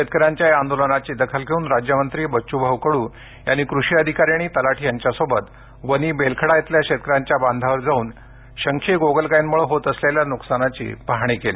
शेतकऱ्यांच्या या आंदोलनाची दखल घेऊन राज्यमंत्री बच्चुभाऊ कडू यांनी कृषी अधिकारी आणि तलाठी यांच्यासोबत वनी बेलखेडा येथील शेतकऱ्यांच्या बांधावर जाऊन शंखी गोगलगायीमुळे होत असलेल्या नुकसानीची पाहणी केली